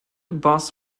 bass